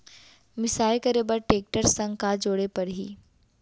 मिसाई करे बर टेकटर संग का जोड़े पड़ही?